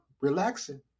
relaxing